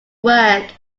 work